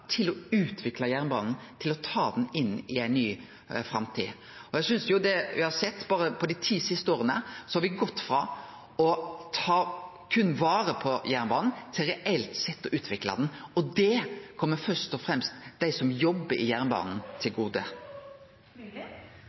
til å utvikle jernbanen, til å ta han inn i ei ny framtid. Det me har sett berre på dei ti siste åra, er at me har gått frå berre å ta vare på jernbanen til reelt sett å utvikle han. Det kjem først og fremst dei som jobbar i jernbanen, til gode.